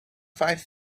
five